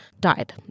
died